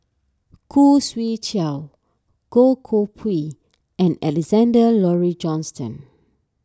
Khoo Swee Chiow Goh Koh Pui and Alexander Laurie Johnston